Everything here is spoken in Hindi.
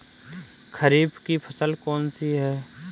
खरीफ की फसल कौन सी है?